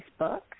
Facebook